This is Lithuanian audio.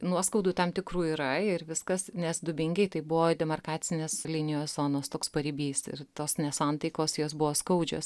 nuoskaudų tam tikrų yra ir viskas nes dubingiai tai buvo demarkacinės linijos zonos toks paribys ir tos nesantaikos jos buvo skaudžios